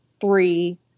three